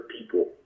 people